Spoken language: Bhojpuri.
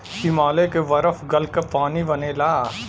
हिमालय के बरफ गल क पानी बनेला